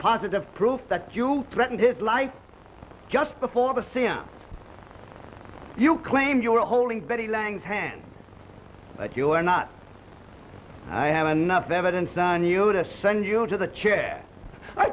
positive proof that you threatened his life just before the c n n you claimed you were holding betty lang's hand but you are not i have enough evidence on you to send you to the chair i